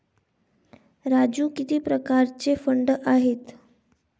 राजू किती प्रकारचे फंड आहेत?